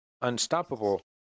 unstoppable